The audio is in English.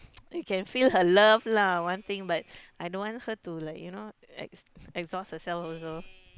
you can feel her love lah one thing but I don't want her to like you know ex~ exhaust herself also